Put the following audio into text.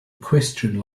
equestrian